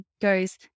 goes